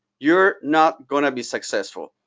you're not going to be successful.